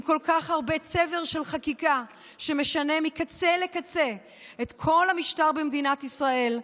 עם כל כך הרבה צבר של חקיקה שמשנה מקצה לקצה את כל המשטר במדינת ישראל.